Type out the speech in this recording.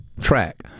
track